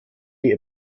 die